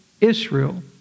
Israel